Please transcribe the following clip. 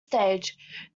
stage